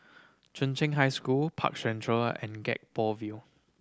Chung Cheng High School Park Central and Gek Poh Ville